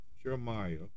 Jeremiah